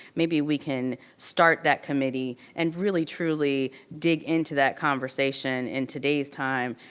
maybe we can start that committee, and really truly dig into that conversation in today's time,